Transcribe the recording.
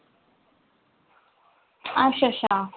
अच्छा अच्छा